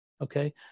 okay